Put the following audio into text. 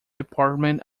department